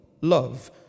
Love